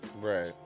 Right